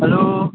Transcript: hello